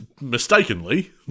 mistakenly